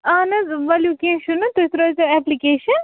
اَہَن حظ ؤلِو کیٚنٛہہ چھُنہٕ تُہۍ ترٛٲوزیٚو ایپِلِکیٚشَن